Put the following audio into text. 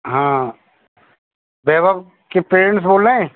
हाँ वैभव के पेरेंट्स बोले रहें हैं